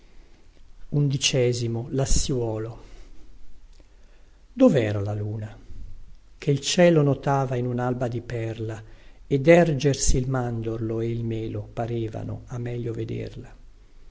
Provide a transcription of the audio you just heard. sera lassiuolo dovera la luna ché il cielo notava in unalba di perla ed ergersi il mandorlo e il melo parevano a meglio vederla